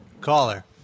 Caller